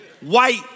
white